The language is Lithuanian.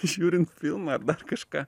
žiūrint filmą ar dar kažką